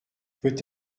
peut